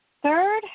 Third